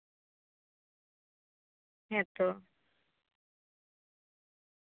ᱦᱮᱸᱛᱚ